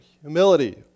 humility